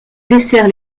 dessert